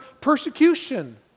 persecution